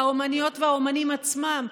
האומניות והאומנים עצמם,